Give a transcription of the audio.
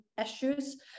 issues